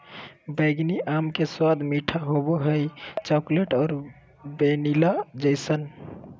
बैंगनी आम के स्वाद मीठा होबो हइ, चॉकलेट और वैनिला जइसन